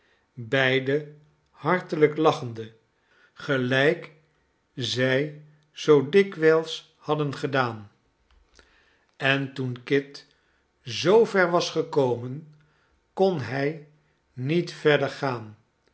beide hartelijk lachende gelijk zij zoo dikwijls hadden gedaan en toen kit zoover was gekomen kon hij niet verder gaan